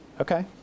okay